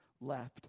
left